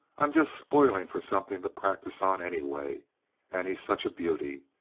i'm just spoiling for something to practice on, anyway and he's such a beauty.